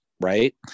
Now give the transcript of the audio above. right